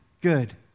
good